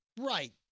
Right